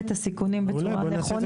הסיכונים בצורה נכונה.